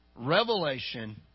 revelation